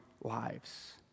lives